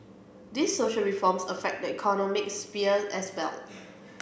these social reforms affect the economic sphere as well